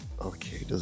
Okay